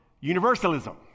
universalism